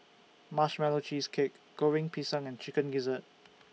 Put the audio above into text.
Marshmallow Cheesecake Goreng Pisang and Chicken Gizzard